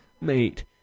mate